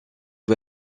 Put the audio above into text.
pas